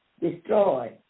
destroyed